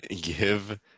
give